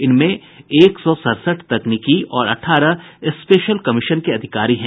इनमें एक सौ सड़सठ तकनीकी और अठारह स्पेशल कमीशन के अधिकारी हैं